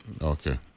Okay